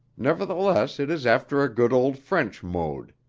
nevertheless it is after a good old french mode.